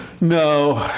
No